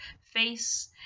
face